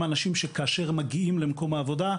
אנשים שכאשר הם מגיעים למקום העבודה,